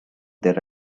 there